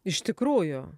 iš tikrųjų